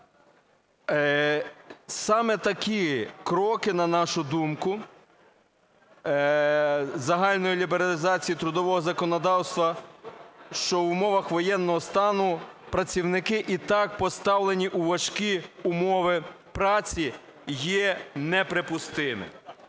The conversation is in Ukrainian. Саме такі кроки, на нашу думку, загальної лібералізації трудового законодавства, що в умовах воєнного стану працівники і так поставлені у важкі умови праці, є неприпустимо.